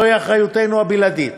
זוהי אחריותנו הבלעדית,